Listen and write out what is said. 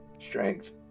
Strength